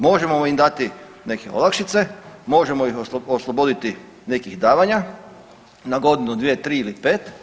Možemo im dati neke olakšice, možemo ih osloboditi nekih davanja na godinu, dvije, tri ili pet.